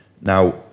Now